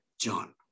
John